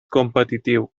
competitiu